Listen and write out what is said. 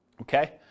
okay